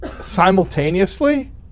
simultaneously